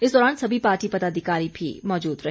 इस दौरान सभी पार्टी पदाधिकारी भी मौजूद रहे